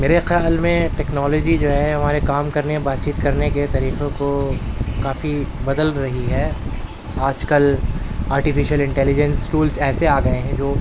میرے خیال میں ٹیکنالوجی جو ہے ہمارے کام کرنے بات چیت کرنے کے طریقوں کو کافی بدل رہی ہے آج کل آرٹیفیشیل انٹلیجینس ٹولس ایسے آ گئے ہیں جو